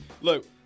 look